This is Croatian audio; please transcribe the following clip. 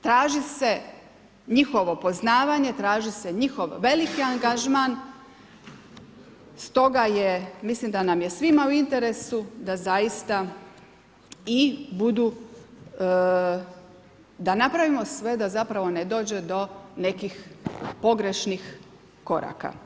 Traži se njihovo poznavanje, traži se njihov veliki angažman, stoga mislim da nam je svima u interesu da zaista budu, da napravimo sve da zapravo ne dođe do nekih pogrešnih koraka.